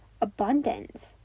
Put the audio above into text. abundance